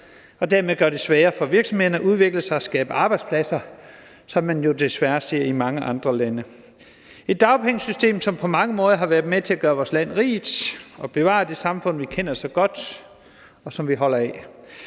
og dermed gøre det sværere for virksomhederne at udvikle sig og skabe arbejdspladser, som man desværre ser det i mange andre lande. Det er et dagpengesystem, som på mange måder har været med til at gøre vores land rigt og bevaret det samfund, vi kender så godt, og som vi holder af.